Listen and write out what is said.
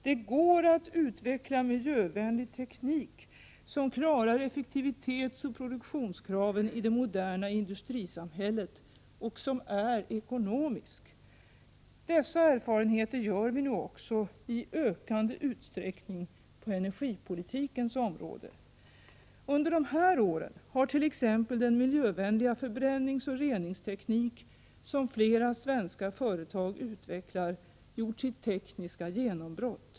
Det går att utveckla miljövänlig teknik, som klarar effektivitetsoch produktionskraven i det moderna industrisamhället och som är ekonomisk. Dessa erfarenheter gör vi nu också i ökande utsträckning på energipolitikens område. Under de här åren har t.ex. den miljövänliga förbränningsoch reningsteknik som flera svenska företag utvecklar fått sitt tekniska genombrott.